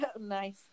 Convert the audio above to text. Nice